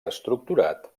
estructurat